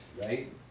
right